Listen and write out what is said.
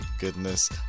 goodness